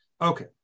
Okay